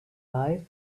life